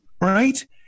Right